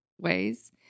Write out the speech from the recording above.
ways